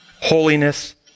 holiness